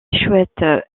chouettes